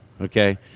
okay